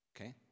Okay